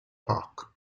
park